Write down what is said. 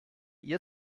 ihr